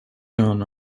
town